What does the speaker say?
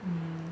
um